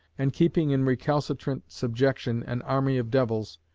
and keeping in recalcitrant subjection an army of devils,